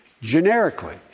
generically